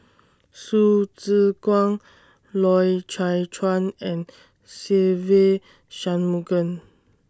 Hsu Tse Kwang Loy Chye Chuan and Se Ve Shanmugam